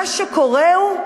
מה שקורה הוא,